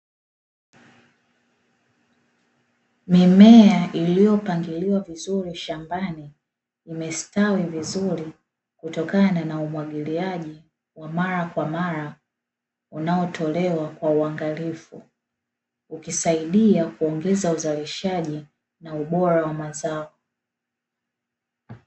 Mimea iliyopangiliwa vizuri shambani imestawi vizuri kutokana na umwagiliaji wa mara kwa mara unaotolewa kwa uangalifu, ukisaidia kuongeza uzalishaji na ubora wa mazao.